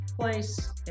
place